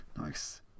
Nice